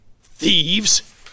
Thieves